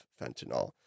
fentanyl